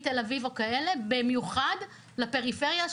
במיוחד לפריפריה,